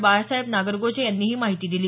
बाळासाहेब नागरगोजे यांनी ही माहिती दिली